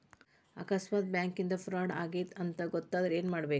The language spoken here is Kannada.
ಆಕಸ್ಮಾತ್ ಬ್ಯಾಂಕಿಂದಾ ಫ್ರಾಡ್ ಆಗೇದ್ ಅಂತ್ ಗೊತಾತಂದ್ರ ಏನ್ಮಾಡ್ಬೇಕು?